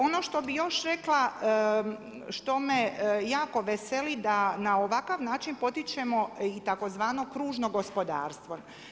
Ono što bi još rekla, što me jako veseli, da na ovakav način potičemo i tzv. kružno gospodarstvo.